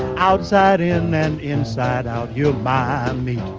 outside and then inside out you buy um me